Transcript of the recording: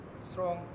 strong